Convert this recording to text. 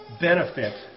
benefit